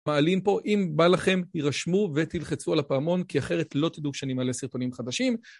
מעלים פה, אם בא לכם, הרשמו ותלחצו על הפעמון, כי אחרת לא תדעו כשאני מעלה סרטונים חדשים.